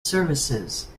services